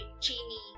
chini